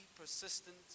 persistent